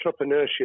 entrepreneurship